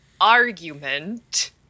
argument